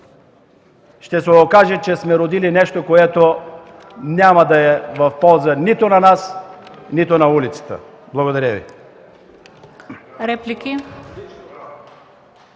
ще се окаже, че сме родили нещо, което няма да е в полза нито на нас, нито на улицата. Благодаря Ви.